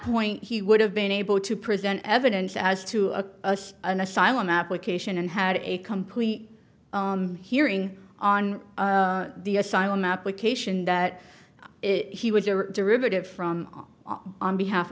point he would have been able to present evidence as to a an asylum application and had a complete hearing on the asylum application that he was a derivative from on behalf